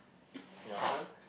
ya sorry